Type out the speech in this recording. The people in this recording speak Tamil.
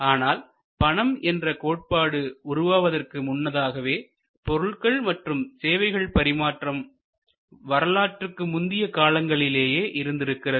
ஆனால் பணம் என்ற கோட்பாடு உருவாவதற்கு முன்னதாகவே பொருள்கள் மற்றும் சேவைகள் பரிமாற்றம் வரலாற்றுக்கு முந்திய காலங்களிலேயே இருந்திருக்கிறது